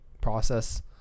process